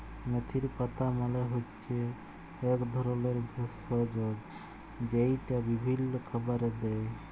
মেথির পাতা মালে হচ্যে এক ধরলের ভেষজ যেইটা বিভিল্য খাবারে দেয়